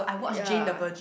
ya